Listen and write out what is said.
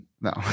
No